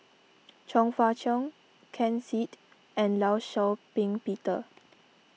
Chong Fah Cheong Ken Seet and Law Shau Ping Peter